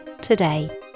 today